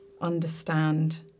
understand